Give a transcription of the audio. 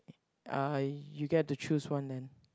uh you get to choose one then